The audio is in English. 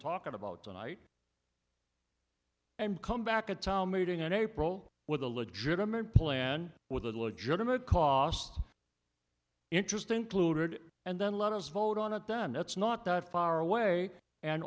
talking about tonight and come back to town meeting in april with a legitimate plan with a legitimate cost interesting and then let us vote on it then it's not that far away and